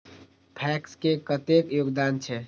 PACS के कतेक योगदान छै?